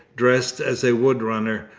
dressed as a wood-runner,